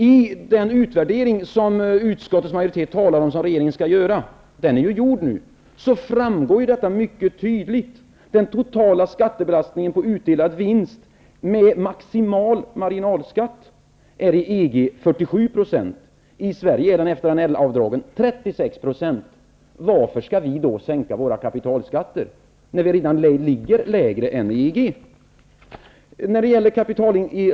I den utvärdering som utskottets majoritet talar om att regeringen skall göra men som redan är gjord framgår detta mycket tydligt. Den totala skattebelastningen på utdelad vinst med maximal marginalskatt är inom Varför skall vi då sänka våra kapitalskatter, när vi redan ligger lägre än EG?